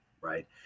right